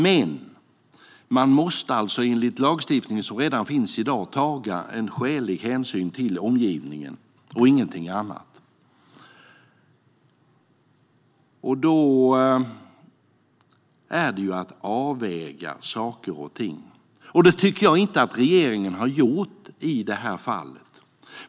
Men man måste alltså enligt lagstiftning som redan i dag finns ta skälig hänsyn till omgivningen - ingenting annat. Då handlar det om att avväga saker och ting, och det tycker jag inte att regeringen har gjort i det här fallet.